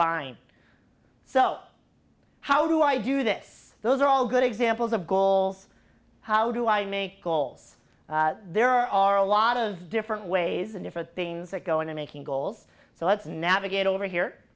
buying so how do i do this those are all good examples of goals how do i make goals there are a lot of different ways and different things that go into making goals so let's navigate over here